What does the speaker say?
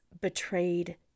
betrayed